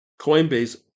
Coinbase